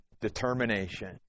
Determination